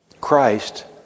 Christ